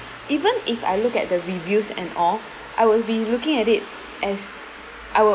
even if I look at the reviews and all I will be looking at it as I will